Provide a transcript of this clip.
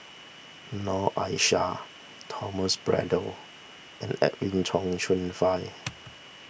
Noor Aishah Thomas Braddell and Edwin Tong Chun Fai